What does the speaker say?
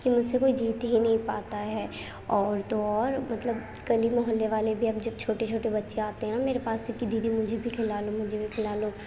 کہ مجھ سے کوئی جیت ہی نہیں پاتا ہے اور تو اور مطلب گلی محلے والے بھی اب جب چھوٹے چھوٹے بچے آتے ہیں میرے پاس کہ دیدی مجھے بھی کھیلا لو مجھے بھی کھیلا لو